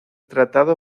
tratado